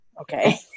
Okay